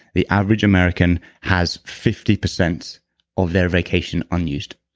the average american has fifty percent of their vacation unused.